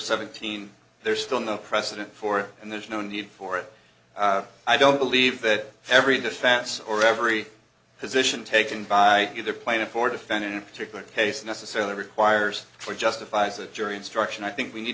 seventeen there's still no precedent for it and there's no need for it i don't believe that every defense or every position taken by either plaintiff or defendant particular case necessarily requires for justifies a jury instruction i think we need